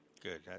Good